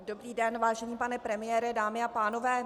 Dobrý den, vážený pane premiére, dámy a pánové.